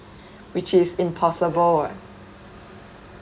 which is impossible